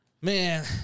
Man